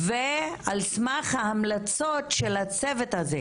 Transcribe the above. ועל סמך ההמלצות של הצוות הזה,